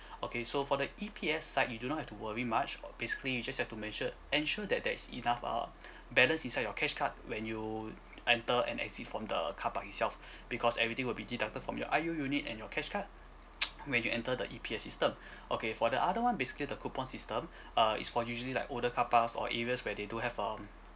okay so for the E_P_S side you do not have to worry much uh basically you just have to make sure ensure that there's enough err balance inside your cash card when you enter and exit from the car park itself because everything will be deducted from your I_U unit and your cash card when you enter the E_P_S system okay for the other one basically the coupon system uh it's for usually like older car parks or areas where they don't have um